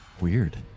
Weird